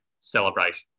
celebration